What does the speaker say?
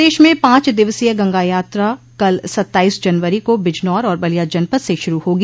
प्रदेश में पाँच दिवसीय गंगा यात्रा कल सत्ताईस जनवरी को बिजनौर और बलिया जनपद से शुरू होगी